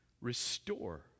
restore